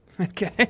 Okay